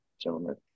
gentlemen